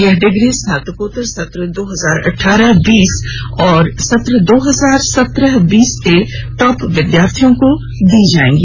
यह डिग्री स्नाकोत्तर सत्र दो हजार अठारह बीस और स्नातक सत्र दो हजार सत्रह बीस के टॉप विद्यार्थियों को दी जायेगी